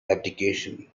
abdication